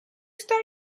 start